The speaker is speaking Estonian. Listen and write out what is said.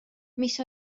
mis